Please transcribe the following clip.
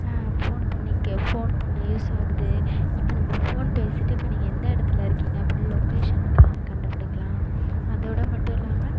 phone பண்ணிக்க phone பண்ண use ஆகுது இப்போ நம்ம ஃபோன் பேசிவிட்டு இப்போ நீங்கள் எந்த இடத்துல இருக்கீங்க அப்படின்னு லொக்கேஷன் கண்டுபுடிக்கலாம் அதோடு மட்டும் இல்லாமல்